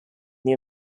new